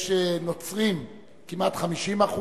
יש נוצרים כמעט 50%,